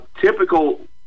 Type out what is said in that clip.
typical